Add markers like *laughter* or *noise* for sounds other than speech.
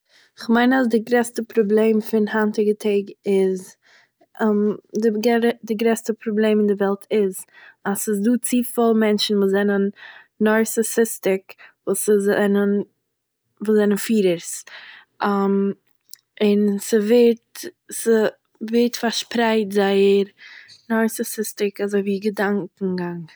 איך מיין אז די גרעסטע פראבלעם פון היינטיגע טעג איז, *hesitation* די גערע- די גרעסטע פראבלעם אין די וועלט איז, אז ס'איז דא צופיל מענטשן וואס זענען נארסיסיסטיק, וואס זיי זענען- וואס זענען פירערס, *hesitation* און ס'ווערט, ס'ווערט פארשפרייט זייער נאראסיסיסטיק אזויווי געדאנקען גאנג